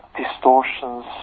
distortions